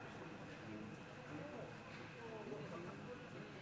מסעוד גנאים, ואחריו, חברת הכנסת פאינה קירשנבאום.